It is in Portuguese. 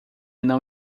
não